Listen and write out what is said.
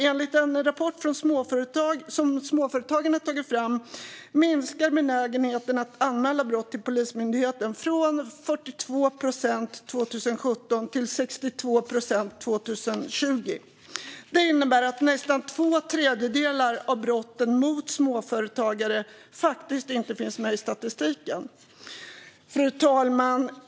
Enligt en rapport som Företagarna tagit fram minskade benägenheten att anmäla brott till Polismyndigheten från 42 procent som avstod från att anmäla 2017 till 62 procent 2020. Det innebär att nästan två tredjedelar av brotten mot småföretagare faktiskt inte finns med i statistiken. Fru talman!